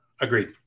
Agreed